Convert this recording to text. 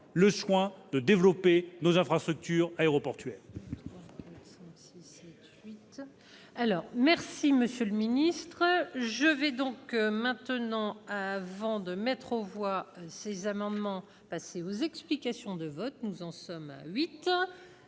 le soin de développer nos infrastructures aéroportuaires